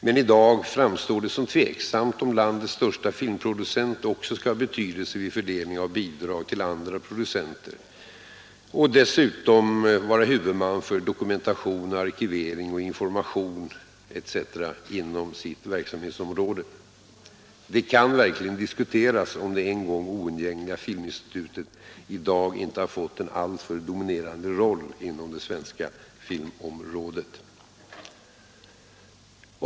Men i dag framstår det som tveksamt om landets största filmproducent också skall ha betydelse vid fördelningen av bidrag till andra producenter och dessutom vara huvudman för dokumentation, arkivering och information etc. inom sitt verksamhetsområde. Det kan verkligen diskuteras om det en gång oundgängliga Filminstitutet i dag inte fått en alltför dominerande roll inom det svenska filmområdet.